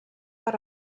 per